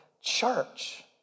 church